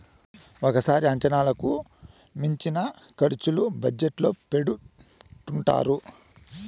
ఒక్కోసారి అంచనాలకు మించిన ఖర్చులు బడ్జెట్ లో పెడుతుంటారు